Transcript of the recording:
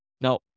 Now